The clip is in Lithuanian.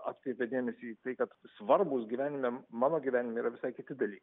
atkreipė dėmesį į tai kad svarbūs gyvenime mano gyvenime yra visai kiti dalykai